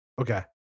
okay